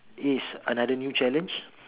is another new challenge